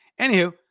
Anywho